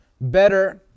better